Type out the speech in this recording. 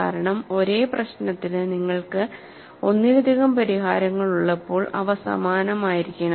കാരണം ഒരേ പ്രശ്നത്തിന് നിങ്ങൾക്ക് ഒന്നിലധികം പരിഹാരങ്ങൾ ഉള്ളപ്പോൾ അവ സമാനമായിരിക്കണം